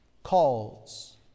calls